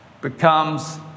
becomes